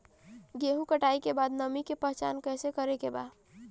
गेहूं कटाई के बाद नमी के पहचान कैसे करेके बा?